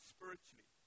Spiritually